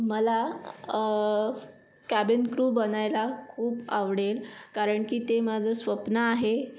मला cabin crew बनायला खूप आवडेल कारण की ते माझं स्वप्न आहे